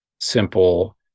simple